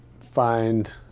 find